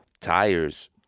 Tires